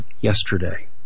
yesterday